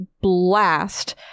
blast